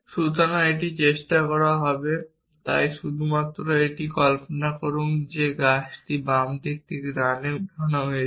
সুতরাং এটি এই চেষ্টা করা হবে তাই শুধু কল্পনা করুন যে গাছটি বাম থেকে ডানে উঠানো হয়েছে